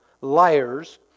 liars